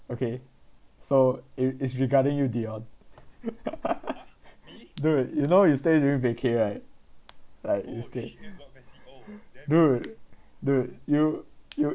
okay so it it's regarding you dion dude you know you stay during vacay right like you stay dude dude you you